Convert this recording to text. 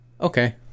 Okay